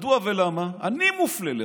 מדוע ולמה אני מופלה לרעה?